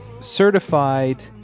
certified